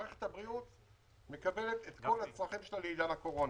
מערכת הבריאות מקבלת את כל הצרכים שלה לעניין הקורונה.